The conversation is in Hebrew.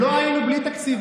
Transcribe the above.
לא היינו בלי תקציב,